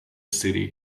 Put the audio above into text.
city